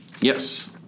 Yes